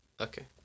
Okay